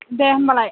दे होम्बालाय